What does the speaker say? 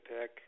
pick